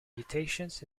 mutations